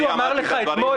אתה אמרת את הדברים,